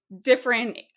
different